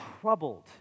troubled